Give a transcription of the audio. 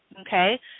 Okay